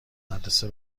مدرسه